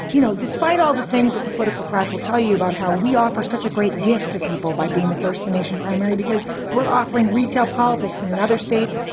you know, despite all the things that the political class will tell you about how we offer such a great gift to people by being the first the nation primary, because we're offering retail politics. and in other states,